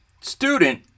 student